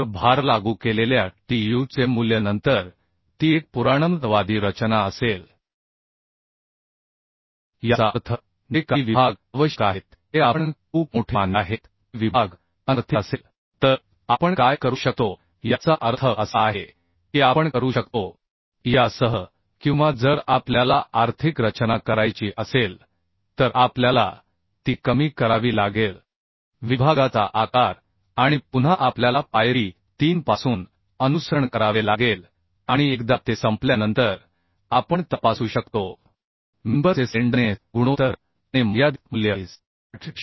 तर भार लागू केलेल्या Tu चे मूल्य नंतर ती एक पुराणमतवादी रचना असेल याचा अर्थ जे काही विभाग आवश्यक आहेत ते आपण खूप मोठे मानले आहेत ते विभाग अनार्थिक असेल तर आपण काय करू शकतो याचा अर्थ असा आहे की आपण करू शकतो यासह किंवा जर आपल्याला आर्थिक रचना करायची असेल तर आपल्याला ती कमी करावी लागेल विभागाचा आकार आणि पुन्हा आपल्याला पायरी 3 पासून अनुसरण करावे लागेल आणि एकदा ते संपल्यानंतर आपण तपासू शकतो मेंबर चे स्लेंडरनेस गुणोत्तर आणि मर्यादित मूल्य IS